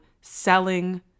selling